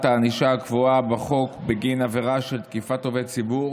הענישה הקבועה בחוק בגין עבירה של תקיפת עובד ציבור